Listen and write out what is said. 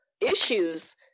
issues